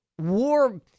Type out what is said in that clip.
war